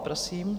Prosím.